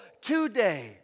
today